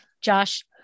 Josh